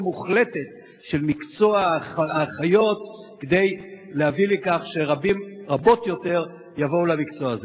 מוחלטת של מקצוע האחיות כדי להביא לכך שרבות יותר יבואו למקצוע הזה?